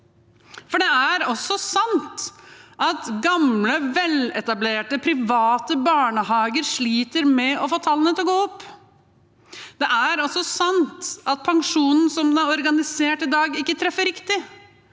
For det er også sant at gamle, veletablerte private barnehager sliter med å få tallene til å gå opp. Det er også sant at pensjonen, slik den er organisert i dag, ikke treffer riktig.